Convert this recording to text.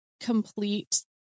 complete